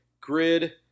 grid